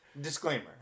Disclaimer